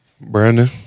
Brandon